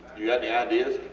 you got any ideas?